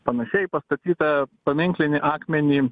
panašiai pastatytą paminklinį akmenį